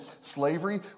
slavery